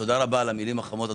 תודה רבה על המילים החמות,